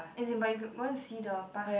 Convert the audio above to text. as in by you can go and see the past